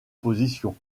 position